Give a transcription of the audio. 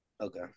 Okay